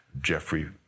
Jeffrey